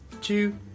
two